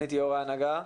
סגנית יו"ר ההנהגה,